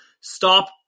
stop